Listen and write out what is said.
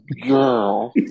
Girl